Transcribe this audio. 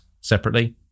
separately